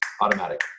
automatic